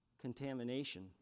contamination